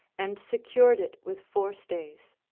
and secured it with forestays,